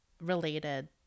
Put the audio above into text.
related